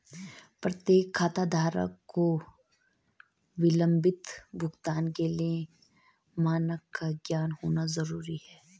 प्रत्येक खाताधारक को विलंबित भुगतान के लिए मानक का ज्ञान होना जरूरी है